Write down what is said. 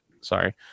sorry